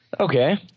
Okay